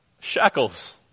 shackles